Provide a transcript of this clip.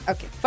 Okay